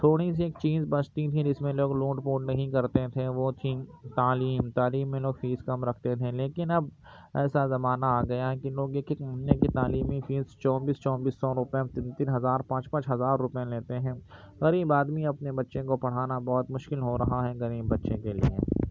تھوڑی سی ایک چیز بچتی تھی جس میں لوگ لوٹ پوٹ نہیں کرتے تھے وہ تھی تعلیم تعلیم میں لوگ فیس کم رکھتے تھے لیکن اب ایسا زمانہ آ گیا ہے کہ لوگ ایک ایک مہینے کی تعلیمی فیس چوبیس چوبیس سو روپئے تین تین ہزار پانچ پانچ ہزار روپئے لیتے ہیں غریب آدمی اپنے بچے کو پڑھانا بہت مشکل ہو رہا ہے غریب بچے کے لیے